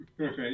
Okay